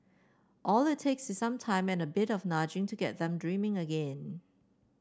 all it takes is some time and a bit of nudging to get them dreaming again